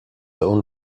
own